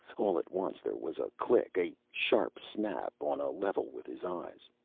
all at once there was a click, a sharp snap on a level with his eyes.